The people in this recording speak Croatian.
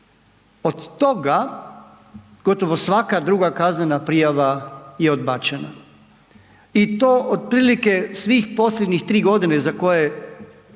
Od toga gotovo svaka druga kaznena prijava je odbačena. I to otprilike svih posljednjih 3 godine za koje